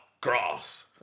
grass